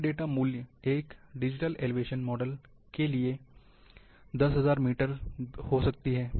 शून्य डेटा मूल्य एक डिजिटल एलिवेशन मोडेल के लिए 10000 मीटर हो सकती है